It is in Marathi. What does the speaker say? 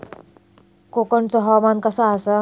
कोकनचो हवामान कसा आसा?